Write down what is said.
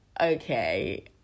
okay